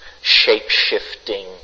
shape-shifting